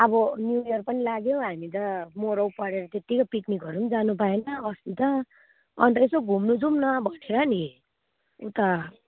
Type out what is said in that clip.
अब new year पनि लाग्यो हामी त मरौ परेर त्यतिकै पिकनिकहरू पनि जानु पाएन अस्ति त अन्त यसो घुम्नु जाउँ न भनेर नि अन्त